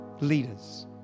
leaders